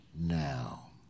now